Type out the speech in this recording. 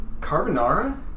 Carbonara